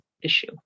issue